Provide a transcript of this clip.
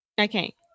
Okay